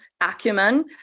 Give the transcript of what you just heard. acumen